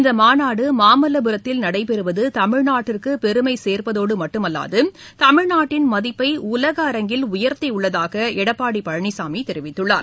இந்தமாநாடுமாமல்லபுரத்தில் நடைபெறுவதுமிழ்நாட்டிற்குபெருமைசேர்ப்பதோடுமட்டுமல்லாது தமிழ்நாட்டின் மதிப்பைஉலக அரங்கில் உயர்த்தியுள்ளதாகஎடப்பாடிபழனிசாமிதெரிவித்துள்ளார்